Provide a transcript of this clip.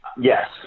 Yes